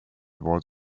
vad